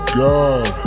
god